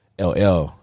LL